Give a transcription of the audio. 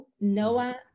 Noah